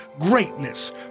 greatness